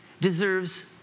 deserves